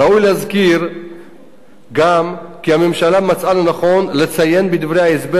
ראוי להזכיר גם כי הממשלה מצאה לנכון לציין בדברי ההסבר